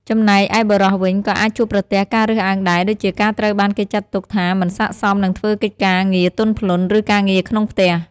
ចំណែកឯបុរសវិញ ក៏អាចជួបប្រទះការរើសអើងដែរ ដូចជាការត្រូវបានគេចាត់ទុកថាមិនស័ក្តិសមនឹងធ្វើកិច្ចការងារទន់ភ្លន់ ឬការងារក្នុងផ្ទះ។